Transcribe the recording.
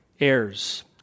heirs